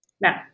Now